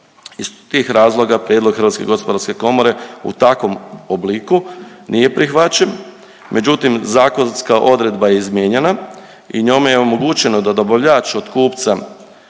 Iz tih razloga prijedlog HGK u takvom obliku nije prihvaćen, međutim zakonska odredba je izmijenjena i njome je omogućeno da dobavljač od kupca